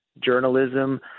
journalism